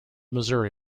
missouri